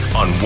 on